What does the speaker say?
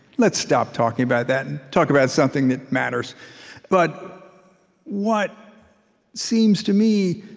let's stop talking about that and talk about something that matters but what seems, to me,